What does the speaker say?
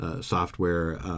software